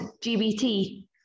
GBT